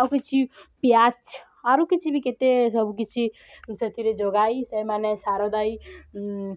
ଆଉ କିଛି ପିଆଜ ଆରୁ କିଛି ବି କେତେ ସବୁକିଛି ସେଥିରେ ଯୋଗାଇ ସେମାନେ ସାର ଦେଇ